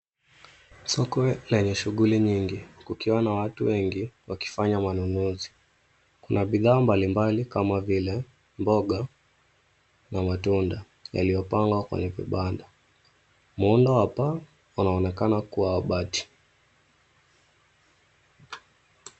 Soko lenye shughuli nyingi, kukiwa na watu wengi wakifanya manunuzi kuna bidhaa mbalimbali kama vile mboga na matunda yaliyopangwa kwenye vibanda muundo wa paa unaonekana kua wa bati.